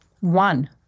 One